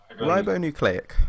Ribonucleic